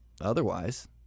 otherwise